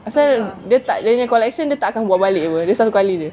pasal dia punya collection dia tak akan buat balik [pe] dia satu kali jer